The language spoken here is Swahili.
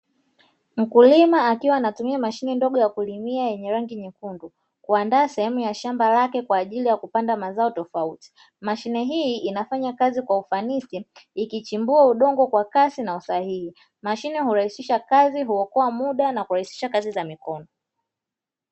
Mkulima akiwa anatumia mashine ndogo ya kulimia yenye rangi nyekundu kuandaa sehemu ya shamba lake kwa ajili ya kupanda mazao tofauti, mashine hii inafanya kazi kwa ufanisi ikichimbua udongo kwa kasi na usahihi. Mashine hurahisisha kazi, huokoa muda na kurahisisha kazi za mikono.